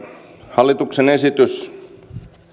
hallituksen esitys